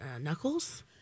knuckles